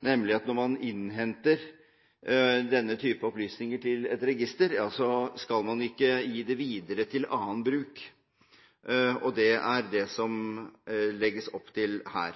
nemlig at når man innhenter denne type opplysninger til et register, skal man ikke gi det videre til annen bruk. Det er det som det legges opp til her.